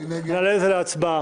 נעלה את זה להצבעה.